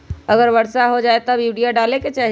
अगर वर्षा हो जाए तब यूरिया डाले के चाहि?